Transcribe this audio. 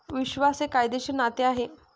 विश्वास हे कायदेशीर नाते आहे